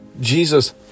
Jesus